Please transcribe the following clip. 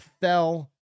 fell